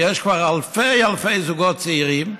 כי יש כבר אלפי אלפי זוגות צעירים,